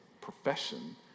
profession